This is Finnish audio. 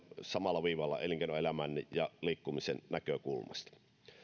samalla viivalla elinkeinoelämän ja liikkumisen näkökulmasta